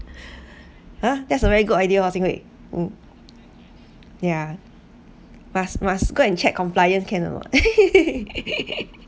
!huh! that's a very good idea hor xin hui ya must must go and check compliant can or not